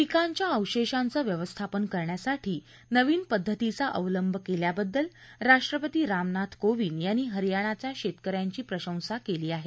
पिकांच्या अवशेषांचं व्यवस्थापन करण्यासाठी नवीन पद्धतीचा अवलंब केल्याबद्दल राष्ट्रपती रामनाथ कोविंद यांनी हरियाणाच्या शेतक यांची प्रशंसा केली आहे